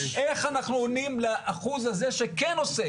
איך אנחנו עונים לאחוז הזה שכן עוסק באלימות?